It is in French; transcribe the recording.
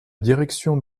direction